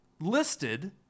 listed